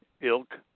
ilk